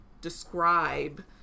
describe